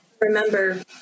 remember